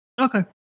Okay